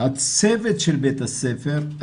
הצוות של בית הספר,